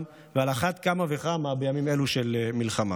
ועל אחת כמה וכמה בימים אלו של מלחמה.